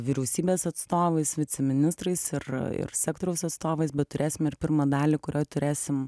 vyriausybės atstovais viceministrais ir ir sektoriaus atstovais bet turėsime ir pirmą dalį kurioj turėsim